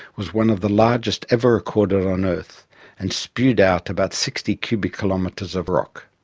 was one of the largest ever recorded on earth and spewed out about sixty cubic kilometres of rock.